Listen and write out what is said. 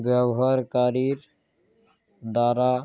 ব্যবহারকারীর দ্বারা